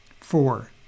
Four